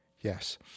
yes